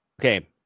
Okay